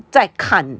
再看